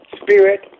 Spirit